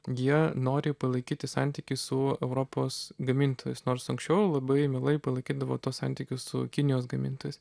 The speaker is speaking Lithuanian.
jie nori palaikyti santykį su europos gamintojais nors anksčiau labai mielai palaikydavo tuos santykius su kinijos gamintojais